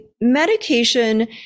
medication